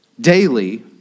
daily